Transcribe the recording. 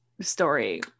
story